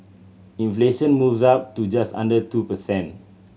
inflation moves up to just under two per cent